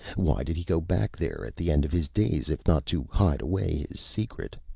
why did he go back there at the end of his days, if not to hide away his secret?